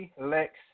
Lex